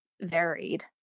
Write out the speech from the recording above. varied